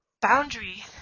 boundary